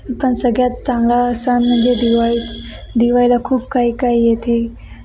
पण सगळ्यात चांगला सण म्हणजे दिवाळीच दिवाळीला खूप काही काही येते